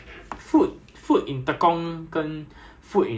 err err 那个就那个 err cook house